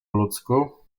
ludzku